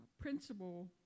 principal